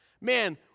man